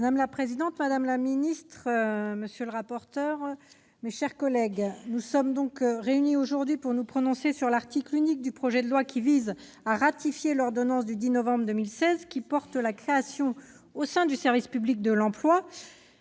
Madame la présidente, madame la secrétaire d'État, monsieur le rapporteur, mes chers collègues, nous sommes réunis pour nous prononcer sur l'article unique du projet de loi qui ratifie l'ordonnance du 10 novembre 2016 portant création au sein du service public de l'emploi